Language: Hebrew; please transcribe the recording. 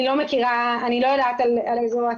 הוא צריך להיות ערך בולט,